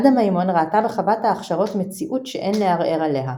עדה מימון ראתה בחוות ההכשרות מציאות שאין לערער עליה.